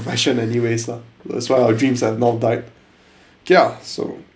profession anyways lah that's why our dreams have not died okay ah so